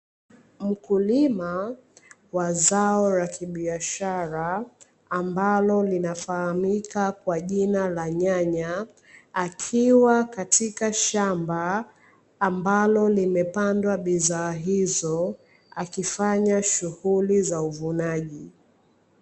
Mkulima wa zao la kibiashara ambalo linafahamika kwa jina la nyanya, akiwa katika shamba ambalo limepandwa bidhaa hizo akifanya shughuli za uvunaji.